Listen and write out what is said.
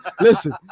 Listen